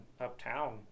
uptown